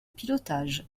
pilotage